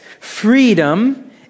freedom